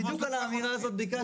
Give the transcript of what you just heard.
בדיוק על האמירה הזו ביקשתי למחות.